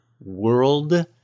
world